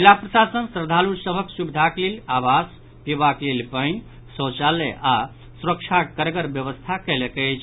जिला प्रशासन श्रद्धालू सभक सुविधाक लेल आवास पिबाक लेल पानि शौचालय आओर सुरक्षाक कड़गड़ व्यवस्था कयलक अछि